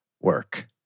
work